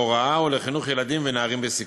להוראה ולחינוך ילדים ונערים בסיכון.